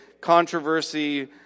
controversy